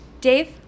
Dave